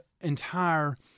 entire